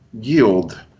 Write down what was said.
yield